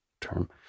term